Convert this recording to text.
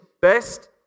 best